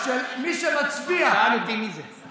הוא שאל אותי מי זה.